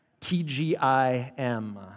T-G-I-M